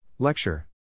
Lecture